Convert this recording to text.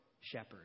shepherd